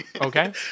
Okay